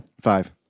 Five